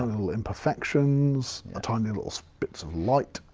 little imperfections, tiny little bits of light.